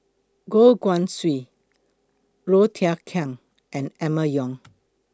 Goh Guan Siew Low Thia Khiang and Emma Yong